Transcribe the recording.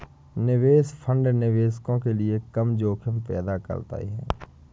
निवेश फंड निवेशकों के लिए कम जोखिम पैदा करते हैं